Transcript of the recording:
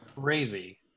crazy